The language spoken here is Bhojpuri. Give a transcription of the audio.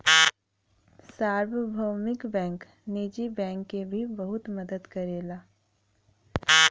सार्वभौमिक बैंक निजी बैंक के भी बहुत मदद करला